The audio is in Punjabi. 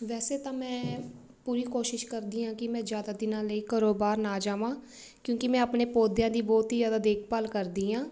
ਵੈਸੇ ਤਾਂ ਮੈਂ ਪੂਰੀ ਕੋਸ਼ਿਸ਼ ਕਰਦੀ ਹਾਂ ਕਿ ਮੈਂ ਜ਼ਿਆਦਾ ਦਿਨਾਂ ਲਈ ਘਰੋਂ ਬਾਹਰ ਨਾ ਜਾਵਾਂ ਕਿਉਂਕਿ ਮੈਂ ਆਪਣੇ ਪੌਦਿਆਂ ਦੀ ਬਹੁਤ ਹੀ ਜ਼ਿਆਦਾ ਦੇਖਭਾਲ ਕਰਦੀ ਹਾਂ